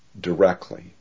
directly